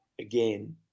again